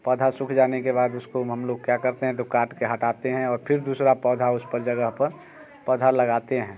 पौधा सूख जाने के बाद उसको हम लोग काट के हटाते है और फिर दूसरा पौधा उस पर जगह पर पौधा लगाते हैं